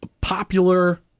popular